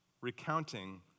recounting